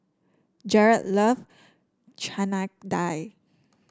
Jerrod love Chana Dal